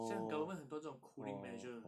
现在的 government 很多这种 cooling measure